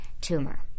tumor